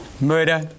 Murder